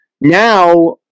now